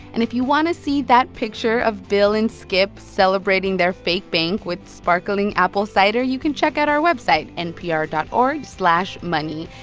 and if you want to see that picture of bill and skip celebrating their fake bank with sparkling apple cider, you can check out our website npr dot org slash money.